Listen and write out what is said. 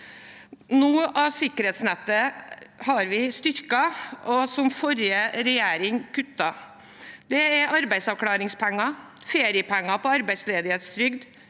Noe av sikkerhetsnettet har vi styrket, noe forrige regjering kuttet i. Det er arbeidsavklaringspenger, feriepenger på arbeidsledighetstrygd,